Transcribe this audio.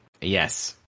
Yes